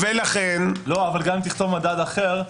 גם אם תכתוב "מדד אחר",